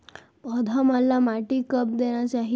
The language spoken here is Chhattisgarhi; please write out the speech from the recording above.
पौधा मन ला माटी कब देना चाही?